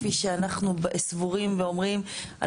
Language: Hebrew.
כפי שאנחנו סבורים ואומרים,